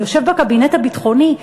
אני יושב בקבינט הביטחוני,